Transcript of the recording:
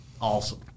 Awesome